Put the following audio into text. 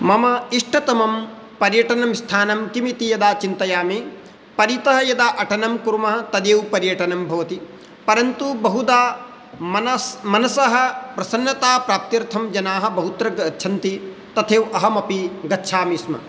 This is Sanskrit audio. मम इष्टतमं पर्यटनस्थानं किम् इति यदा चिन्तयामि परितः यदा अटनं कुर्मः तदैव पर्यटनं भवति परन्तु बहुधा मनस् मनसः प्रसन्नताप्राप्त्यर्थं जनाः बहुत्र गच्छन्ति तथैव अहम् अपि गच्छामि स्म